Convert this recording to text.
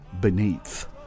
beneath